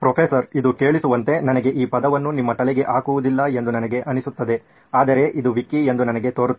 professor ಇದು ಕೇಳಿಸುವಂತೆ ನಾನು ಈ ಪದವನ್ನು ನಿಮ್ಮ ತಲೆಗೆ ಹಾಕುವುದಿಲ್ಲ ಎಂದು ನನಗೆ ಅನಿಸುತ್ತದೆ ಆದರೆ ಇದು ವಿಕಿ ಎಂದು ನನಗೆ ತೋರುತ್ತದೆ